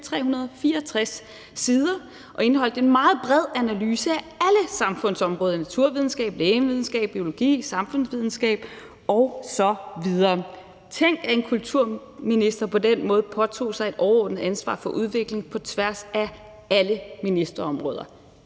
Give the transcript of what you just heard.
364 sider og indeholdt en meget bred analyse alle samfundsområder: naturvidenskab, lægevidenskab, biologi, samfundsvidenskab osv. Tænk, at en kulturminister på den måde påtog sig et overordnet ansvar for udvikling på tværs af alle ministerområder.